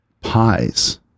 pies